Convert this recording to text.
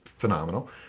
phenomenal